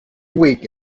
week